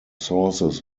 sources